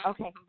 Okay